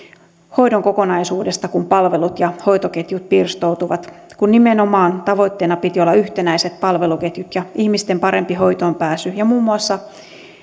hoidon kokonaisuudesta kun palvelut ja hoitoketjut pirstoutuvat nimenomaan tavoitteena piti olla yhtenäiset palveluketjut ihmisten parempi hoitoon pääsy ja muun muassa